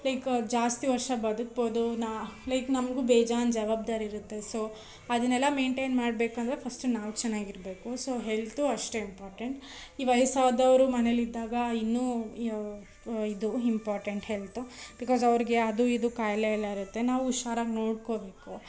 like ಜಾಸ್ತಿ ವರ್ಷ ಬದುಕ್ಬೋದು ಲೈಕ್ ನಮ್ಗೂ ಬೇಜಾನ್ ಜವಾಬ್ದಾರಿ ಇರುತ್ತೆ ಸೋ ಅದನ್ನೆಲ್ಲ ಮೈಂಟೇನ್ ಮಾಡಬೇಕಂದ್ರೆ ಫಸ್ಟು ನಾವು ಚೆನ್ನಾಗಿರ್ಬೇಕು ಸೋ ಹೆಲ್ತೂ ಅಷ್ಟೇ ಇಂಪಾರ್ಟೆಂಟ್ ಈ ವಯಸ್ಸಾದವರು ಮನೇಲಿ ಇದ್ದಾಗ ಇನ್ನೂ ಇದು ಹಿಂಪಾರ್ಟೆಂಟ್ ಹೆಲ್ತು ಬಿಕಾಸ್ ಅವರಿಗೆ ಅದು ಇದು ಕಾಯಿಲೆ ಎಲ್ಲ ಇರುತ್ತೆ ನಾವು ಹುಷಾರಾಗ್ ನೋಡ್ಕೋಬೇಕು